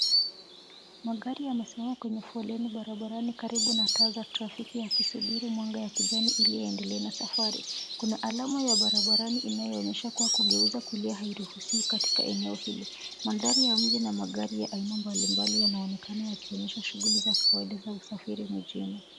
Magari yamesimama kwenye foleni barabarani karibu na taa za trafiki yakisubiri mwanga wa kijani ili yaendelee na safari. Kuna alama ya barabarani inayoonyesha kuwa kugeuza kulia hairuhusiwi katika eneo hili. Mandhari ya mji na magari ya aina mbalimbali yanaonekana yakionyesha shughuli za kawaida za usafiri mjini.